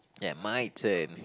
yeah my turn